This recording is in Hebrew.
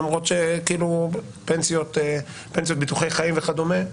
למרות שפנסיות וביטוחי חיים וכדומה.